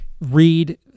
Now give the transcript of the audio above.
read